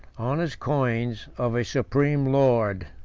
on his coins, of a supreme lord.